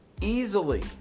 easily